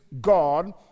God